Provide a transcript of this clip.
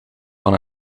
van